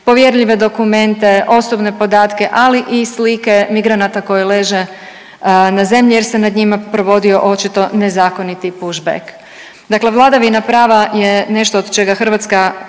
povjerljive dokumente, osobne podatke, ali i slike migranata koji leže na zemlji jer se nad njima provodio očito nezakoniti pushback. Dakle vladavina prava je nešto od čega Hrvatska